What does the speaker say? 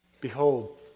Behold